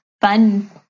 fun